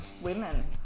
Women